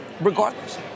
regardless